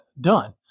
done